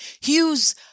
Hughes